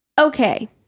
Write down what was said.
Okay